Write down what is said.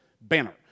Banner